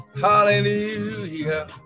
Hallelujah